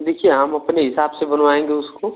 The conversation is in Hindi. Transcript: देखिए हम अपने हिसाब से बनवाएंगे उसको